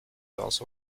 also